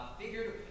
figured